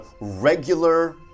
regular